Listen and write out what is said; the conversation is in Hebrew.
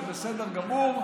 זה בסדר גמור.